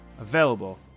available